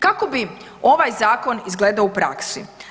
Kako bi ovaj zakon izgledao u praksi?